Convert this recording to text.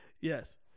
Yes